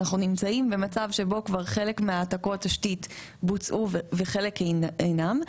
אנחנו נמצאים במצב שבו כבר חלק מהעתקות התשתית בוצעו וחלק אינן.